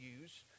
use